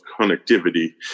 connectivity